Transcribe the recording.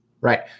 right